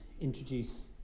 introduce